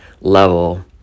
level